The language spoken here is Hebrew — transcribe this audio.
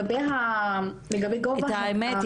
את האמת,